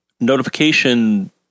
notification